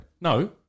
No